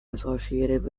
associated